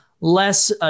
less